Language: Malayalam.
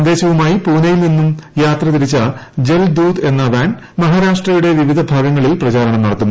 സന്ദേശവുമായി പൂനെയിൽ നിന്നും യാത്ര തിരിച്ച ജൽദൂത് എന്ന വാൻ മഹാരാഷ്ട്രയുടെ വിവിധ ഭാഗങ്ങളിൽ പ്രചാരണം നടത്തും